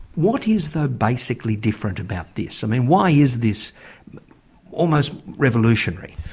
what is, though, basically different about this? i mean, why is this almost revolutionary?